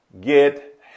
get